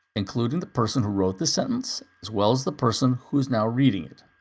including the person who wrote this sentence as well as the person who is now reading it.